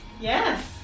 Yes